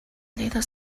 little